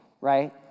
right